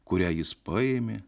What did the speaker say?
kurią jis paėmė